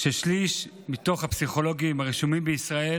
ששליש מתוך הפסיכולוגים הרשומים בישראל